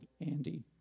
Andy